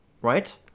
Right